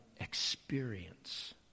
experience